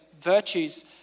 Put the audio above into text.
virtues